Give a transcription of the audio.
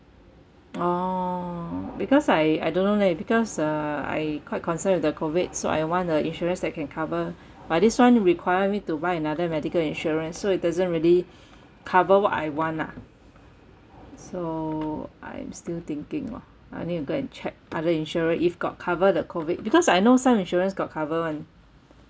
orh because I I don't know leh because uh I quite concern with the COVID so I want the insurance that can cover but this [one] require me to buy another medical insurance so it doesn't really cover what I want lah so I'm still thinking lor I need to go and check other insurer if got cover the COVID because I know some insurance got cover [one]